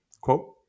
Quote